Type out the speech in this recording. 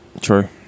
true